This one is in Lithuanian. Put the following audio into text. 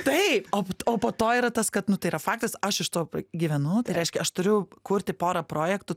taip o o po to yra tas kad tai yra faktas aš iš to gyvenu tai reiškia aš turiu kurti porą projektų